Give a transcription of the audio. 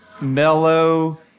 mellow